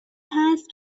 هست